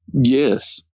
Yes